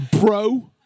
bro